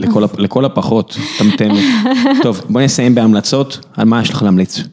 לכל הפחות, תמתין לי. טוב, בואי נסיים בהמלצות, על מה יש לך להמליץ?